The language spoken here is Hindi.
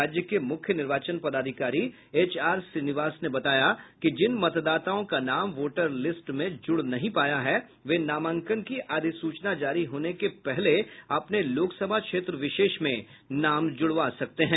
राज्य के मुख्य निर्वाचन पदाधिकारी एच आर श्रीनिवास ने बताया कि जिन मतदाताओं का नाम वोटर लिस्ट में जुड़ नहीं पाया है वे नामांकन की अधिसूचना जारी होने के पहले अपने लोकसभा क्षेत्र विशेष में नाम जुड़वा सकते हैं